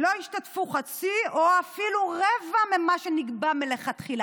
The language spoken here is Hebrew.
לא השתתפו חצי או אפילו רבע ממה שנקבע מלכתחילה".